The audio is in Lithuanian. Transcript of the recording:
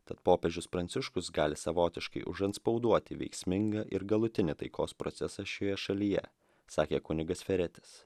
tad popiežius pranciškus gali savotiškai užantspauduoti veiksmingą ir galutinį taikos procesą šioje šalyje sakė kunigas feretis